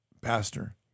pastor